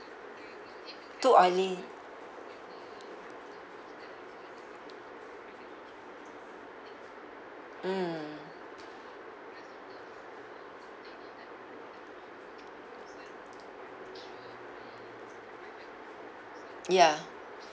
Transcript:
too oily mm ya